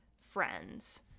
friends